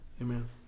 Amen